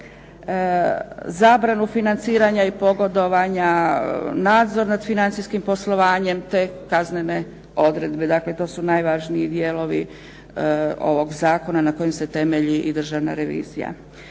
zabranu financiranja i pogodovanja, nadzor nad financijskim poslovanjem te kaznene odredbe, dakle to su najvažniji dijelovi ovog zakona na kojem se temelji i državna revizija.